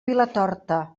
vilatorta